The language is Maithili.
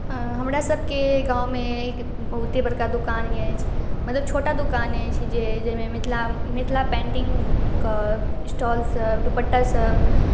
हमरासभके गाममे एक बहुते बड़का दोकान अछि मतलब छोटा दोकान अछि जे जाहिमे मिथिला मिथिला पेन्टिंग कऽ स्टॉलसभ दुपट्टासभ